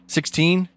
Sixteen